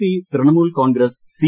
P Trinamool Congress C